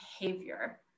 behavior